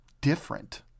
different